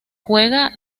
juega